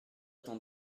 étant